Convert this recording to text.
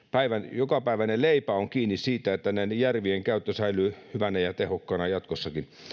jokapäiväinen leipä on kiinni siitä että näiden järvien käyttö säilyy hyvänä ja ja tehokkaana jatkossakin